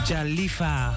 Jalifa